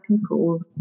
people